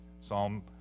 Psalm